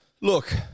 Look